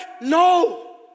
no